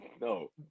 No